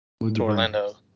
Orlando